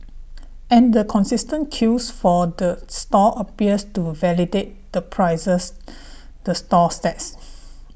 and the consistent queues for the stall appears to validate the prices the stall sets